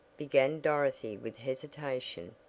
began dorothy with hesitation,